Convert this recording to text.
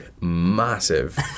massive